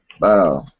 Wow